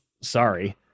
Sorry